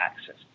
access